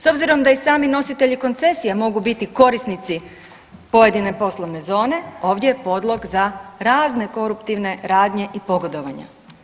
S obzirom da i sami nositelji koncesije mogu biti korisnici pojedine poslovne zone ovdje je podlog za razne koruptivne radnje i pogodovanja.